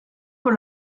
por